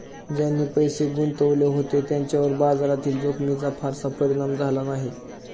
ज्यांनी पैसे गुंतवले होते त्यांच्यावर बाजारातील जोखमीचा फारसा परिणाम झाला नाही